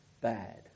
bad